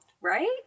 right